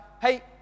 hey